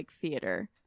theater